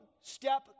step